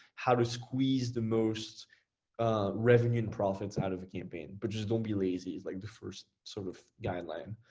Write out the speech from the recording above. how to squeeze the most revenue and profits out of a campaign but just don't be lazy is like the first sort of guideline.